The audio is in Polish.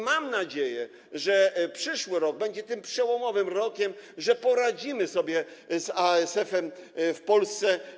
Mam nadzieję, że przyszły rok będzie tym przełomowym rokiem, że poradzimy sobie z ASF-em w Polsce.